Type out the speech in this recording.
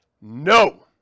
No